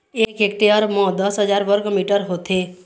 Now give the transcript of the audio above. एक हेक्टेयर म दस हजार वर्ग मीटर होथे